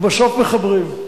ובסוף מחברים.